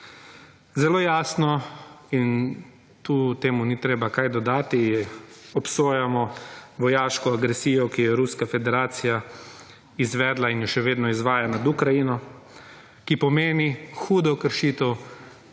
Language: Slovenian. Zelo jasno, in tu temu ni treba kaj dodati, obsojamo vojaško agresijo, ki jo je Ruska federacija izvedla in jo še vedno izvaja nad Ukrajino, ki pomeni hudo kršitev,